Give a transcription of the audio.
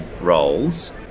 roles